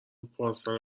پارسال